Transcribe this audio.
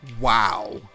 Wow